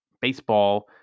baseball